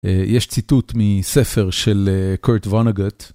יש ציטוט מספר של קורט וונגוט.